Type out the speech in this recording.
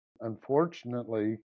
unfortunately